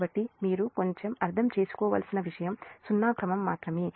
కాబట్టి మీరు కొంచెం అర్థం చేసుకోవలసిన విషయం సున్నా క్రమం మాత్రమే